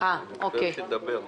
אני רוצה רשות לדבר.